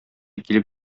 килеп